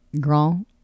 Grand